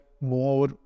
more